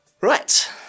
Right